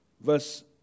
verse